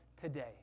today